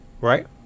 right